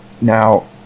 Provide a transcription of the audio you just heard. now